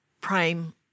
prime